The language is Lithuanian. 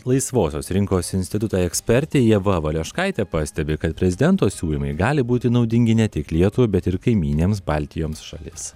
laisvosios rinkos instituto ekspertė ieva valeškaitė pastebi kad prezidento siūlymai gali būti naudingi ne tik lietuvai bet ir kaimyninėms baltijos šalims